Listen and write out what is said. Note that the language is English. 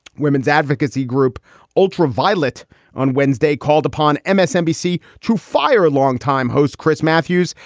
women's advocacy group ultraviolet on wednesday called upon msnbc to fire a longtime host, chris matthews,